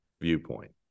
viewpoint